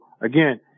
again